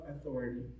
authority